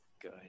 Good